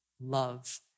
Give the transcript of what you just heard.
love